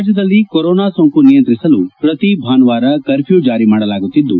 ರಾಜ್ಞದಲ್ಲಿ ಕೊರೊನಾ ಸೋಂಕು ನಿಯಂತ್ರಿಸಲು ಪ್ರತಿ ಭಾನುವಾರ ಕರ್ಫ್ಲೂ ಜಾರಿ ಮಾಡಲಾಗುತ್ತಿದ್ದು